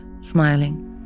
smiling